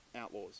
Outlaws